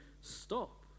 stop